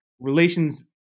relations